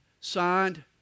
signed